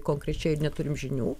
konkrečiai ir neturim žinių